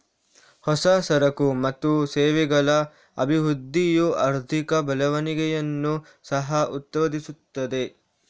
ಹೊಸ ಸರಕು ಮತ್ತು ಸೇವೆಗಳ ಅಭಿವೃದ್ಧಿಯು ಆರ್ಥಿಕ ಬೆಳವಣಿಗೆಯನ್ನು ಸಹ ಉತ್ಪಾದಿಸುತ್ತದೆ